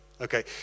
okay